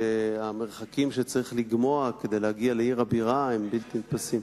שהמרחקים שצריך לגמוא כדי להגיע לעיר הבירה הם בלתי נתפסים.